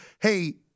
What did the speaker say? hey